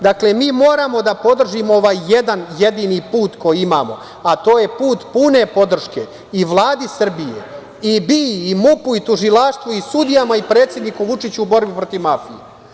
Dakle, mi moramo da podržimo ovaj jedan jedini put koji imamo, a to je put pune podrške i Vladi Srbije, i BIA-i, i MUP-u, i tužilaštvu, i sudijama, i predsedniku Vučiću u borbi protiv mafije.